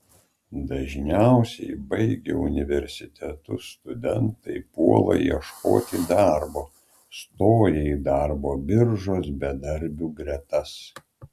dažniausiai baigę universitetus studentai puola ieškoti darbo stoja į darbo biržos bedarbių gretas